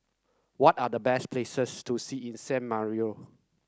what are the best places to see in San Marino